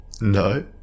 No